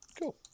Cool